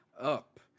up